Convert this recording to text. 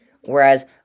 Whereas